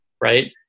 right